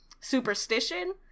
superstition